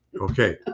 Okay